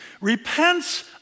repents